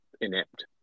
inept